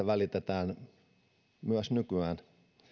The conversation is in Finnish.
välitetään myös nykyään